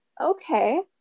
okay